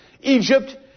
Egypt